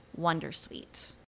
Wondersuite